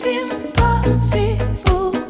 impossible